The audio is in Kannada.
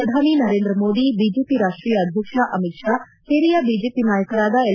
ಪ್ರಧಾನಿ ನರೇಂದ್ರ ಮೋದಿ ಬಿಜೆಪಿ ರಾಷ್ಟೀಯ ಅಧ್ಯಕ್ಷ ಅಮಿತ್ ಶಾ ಹಿರಿಯ ಬಿಜೆಪಿ ನಾಯಕರಾದ ಎಲ್